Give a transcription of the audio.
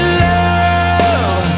love